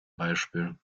beispiel